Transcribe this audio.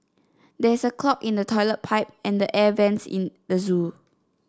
there is a clog in the toilet pipe and the air vents in the zoo